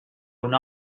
una